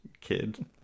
Kid